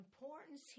Importance